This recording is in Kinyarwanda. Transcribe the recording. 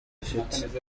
afite